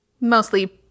mostly